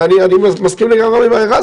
ואני מסכים לגמרי עם ההערה,